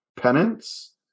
penance